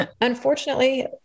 unfortunately